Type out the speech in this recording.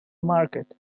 market